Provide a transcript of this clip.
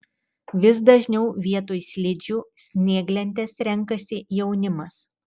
vis dažniau vietoj slidžių snieglentes renkasi jaunimas